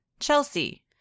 Chelsea